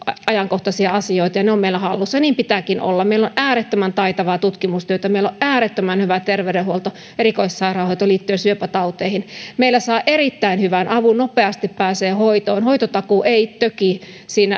ajankohtaisia asioita ja ne ovat meillä hallussa niin pitääkin olla meillä on äärettömän taitavaa tutkimustyötä meillä on äärettömän hyvä terveydenhuolto erikoissairaanhoito liittyen syöpätauteihin meillä saa erittäin hyvän avun nopeasti pääsee hoitoon hoitotakuu ei töki siinä